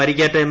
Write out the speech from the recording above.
പരിക്കേറ്റ എം